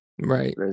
Right